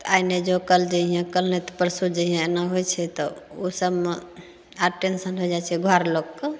आइ नैॉहि जो कल जैहेँ कल नहि तऽ परसू जैहेँ एना होइ छै तऽ ओसबमे आर टेन्शन हो जाइ छै घर लोकके